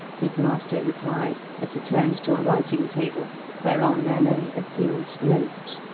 his master replied, as he turned to a writing-table whereon there lay a sealed note,